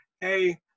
hey